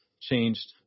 changed